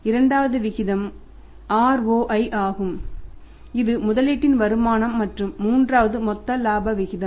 இரண்டாவது விகிதங்கள் ROI ஆகும் இது முதலீட்டில் வருமானம் மற்றும் மூன்றாவது மொத்த இலாப விகிதம்